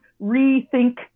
rethink